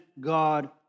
God